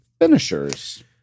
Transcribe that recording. Finishers